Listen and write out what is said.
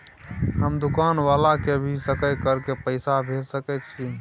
हम दुकान वाला के भी सकय कर के पैसा भेज सके छीयै?